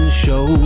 show